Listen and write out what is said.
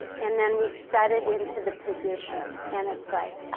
and then we set it into the position, and it's like, oh,